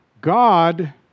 God